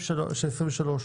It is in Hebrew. בשם הסעיף.